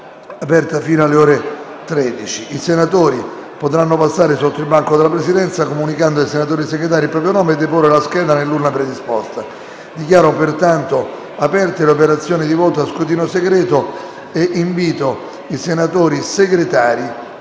ordine alfabetico, potranno passare sotto il banco della Presidenza, comunicando ai senatori Segretari il proprio nome, e deporre la scheda nell'urna predisposta. Dichiaro pertanto aperte le operazioni di voto a scrutinio segreto e invito i senatori Segretari